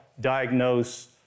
diagnose